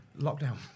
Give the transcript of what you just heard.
lockdown